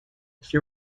she